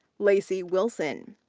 lacey wilson.